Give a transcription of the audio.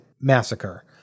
massacre